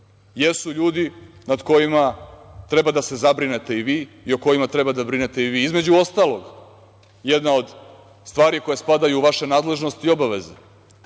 jesu ljudi nad kojima treba da se zabrinete i vi i o kojima treba da brinete i vi. Između ostalog jedna od stvari koje spadaju u vaše nadležnosti i obaveze